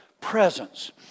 presence